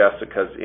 Jessica's